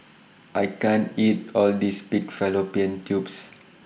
I can't eat All This Pig Fallopian Tubes